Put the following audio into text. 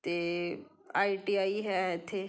ਅਤੇ I T I ਹੈ ਇੱਥੇ